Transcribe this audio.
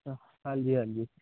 ਹਾਂ ਹਾਂਜੀ ਹਾਂਜੀ